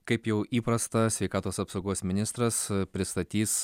kaip jau įprasta sveikatos apsaugos ministras pristatys